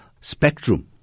spectrum